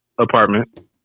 apartment